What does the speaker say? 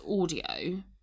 audio